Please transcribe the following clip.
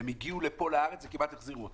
והם הגיעו לפה לארץ וכמעט החזירו אותם.